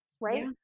right